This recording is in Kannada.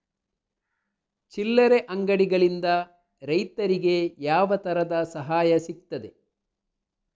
ಚಿಲ್ಲರೆ ಅಂಗಡಿಗಳಿಂದ ರೈತರಿಗೆ ಯಾವ ತರದ ಸಹಾಯ ಸಿಗ್ತದೆ?